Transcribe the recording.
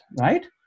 right